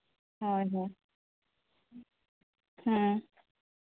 ᱦᱳᱭ ᱦᱳᱭ ᱦᱮᱸ